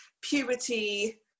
puberty